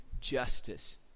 Justice